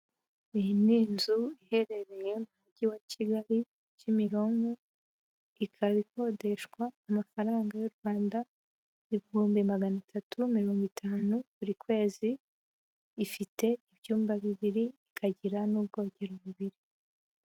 Iyi ni inzu iherereye mu mujyi wa Kigali Kimironko ikaba ikodeshwa amafaranga y'u Rwanda ibihumbi magana atatu mirongo itanu buri kwezi, ifite ibyumba bibiri ikagira n'ubwogero bubiri.